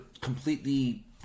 completely